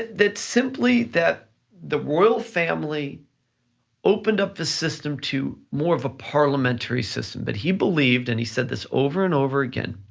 that simply that the royal family opened up the system to more of a parliamentary system, that but he believed and he said this over and over again,